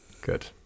Good